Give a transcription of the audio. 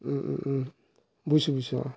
বুজিছোঁ বুজিছোঁ অঁ